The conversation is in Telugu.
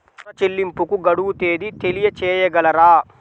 ఋణ చెల్లింపుకు గడువు తేదీ తెలియచేయగలరా?